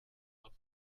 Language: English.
not